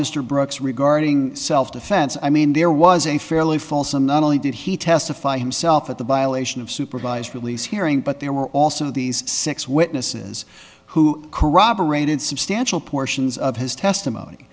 mr brooks regarding self defense i mean there was a fairly false and not only did he testify himself at the violation of supervised release hearing but there were also these six witnesses who corroborate in substantial portions of his testimony